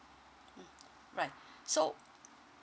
mm right so